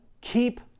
keep